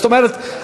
זאת אומרת,